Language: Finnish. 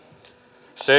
se